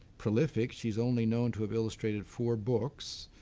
prolific. she's only known to have illustrated four books,